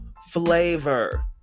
flavor